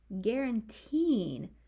guaranteeing